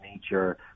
nature